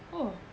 oh